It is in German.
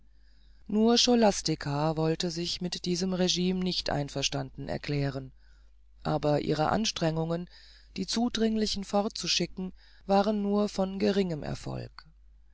nur scholastica wollte sich mit diesem rgime nicht einverstanden erklären aber ihre anstrengungen die zudringlichen fortzuschicken waren nur von geringem erfolg